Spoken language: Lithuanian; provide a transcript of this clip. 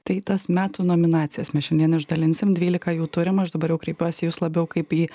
tai tas metų nominacijas mes šiandien išdalinsim dvylika jų turim aš dabar jau kreipiuosi į jus labiau kaip į